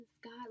God